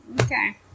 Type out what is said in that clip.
Okay